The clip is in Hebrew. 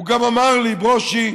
הוא גם אמר לי: ברושי,